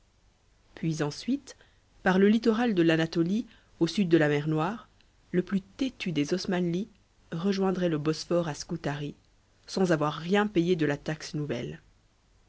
puis ensuite par le littoral de l'anatolie au sud de la mer noire le plus têtu des osmanlis rejoindrait le bosphore à scutari sans avoir rien payé de la taxe nouvelle